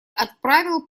отправил